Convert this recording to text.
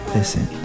Listen